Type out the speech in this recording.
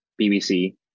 BBC